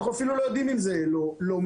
אנחנו אפילו לא יודעים אם לא מזיק,